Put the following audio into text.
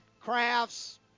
crafts